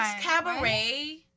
Cabaret